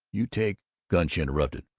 you take gunch interrupted,